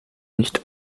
nicht